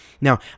Now